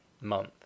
month